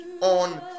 on